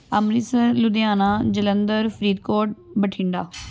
Amritsar Ludhiana Jalandhar Faridkot Bathinda